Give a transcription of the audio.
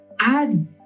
add